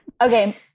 okay